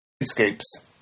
Escapes